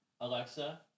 Alexa